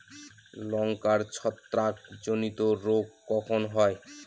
লঙ্কায় ছত্রাক জনিত রোগ কখন হয়?